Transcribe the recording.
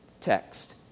text